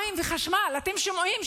מים וחשמל, אתם שומעים?